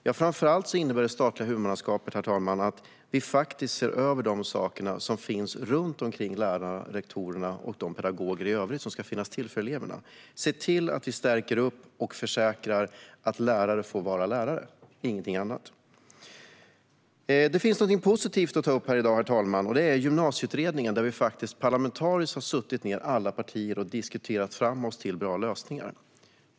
Jo, framför allt innebär det statliga huvudmannaskapet att vi ser över de saker som finns runt omkring lärarna, rektorerna och de övriga pedagoger som ska finnas till för eleverna för att stärka och försäkra att lärare får vara lärare och ingenting annat. Det finns någonting positivt att ta upp här i dag, herr talman. Det är Gymnasieutredningen, där alla partier har suttit ned och parlamentariskt diskuterat sig fram till bra lösningar.